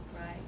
right